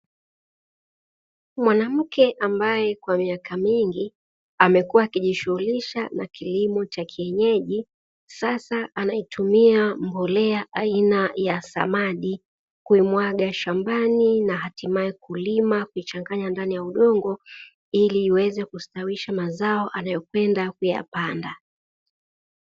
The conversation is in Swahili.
Mwanamke ambaye kwa miaka mingi amekuwa akijishughulisha na kilimo cha kienyeji, sasa anaitumia mbolea aina ya samadi kumwaga shambani na hatimaye kulima kuichanganya ndani ya udongo ili iweze kustawisha mazao anayopenda kuyapanda.